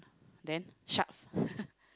then sharks